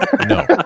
No